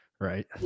Right